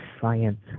science